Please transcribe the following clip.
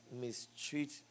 mistreat